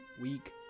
week